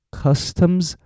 customs